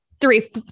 three